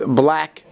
black